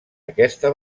aquesta